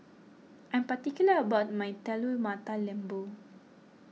I am particular about my Telur Mata Lembu